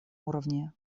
уровне